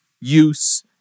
use